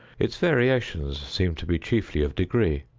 its variations seem to be chiefly of degree.